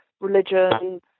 religion